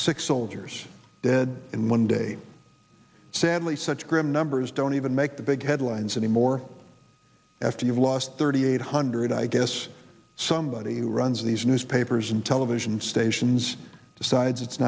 six soldiers dead in one day sadly such grim numbers don't even make the big headlines anymore after you've lost thirty eight hundred i guess somebody who runs these newspapers and television stations decides it's